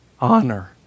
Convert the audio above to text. honor